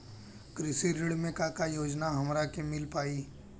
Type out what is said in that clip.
कृषि ऋण मे का का योजना हमरा के मिल पाई?